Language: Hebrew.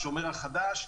השומר החדש.